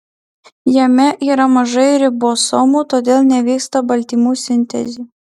jame yra mažai ribosomų todėl nevyksta baltymų sintezė